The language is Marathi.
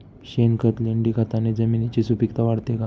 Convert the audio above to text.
शेणखत, लेंडीखताने जमिनीची सुपिकता वाढते का?